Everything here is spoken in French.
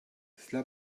cela